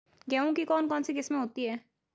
गेहूँ की कौन कौनसी किस्में होती है?